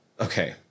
Okay